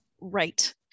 Right